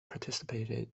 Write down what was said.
participated